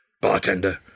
Bartender